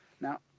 Now